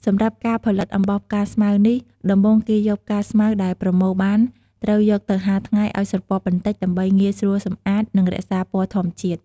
សម្រាប់ការផលិតអំបោសផ្កាស្មៅនេះ ដំបូងគេយកផ្កាស្មៅដែលប្រមូលបាន ត្រូវយកទៅហាលថ្ងៃឲ្យស្រពាប់បន្តិចដើម្បីងាយស្រួលសម្អាត និងរក្សាពណ៌ធម្មជាតិ។